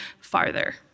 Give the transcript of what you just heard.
farther